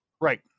Right